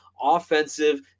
offensive